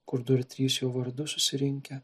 kur du ar trys jo vardu susirinkę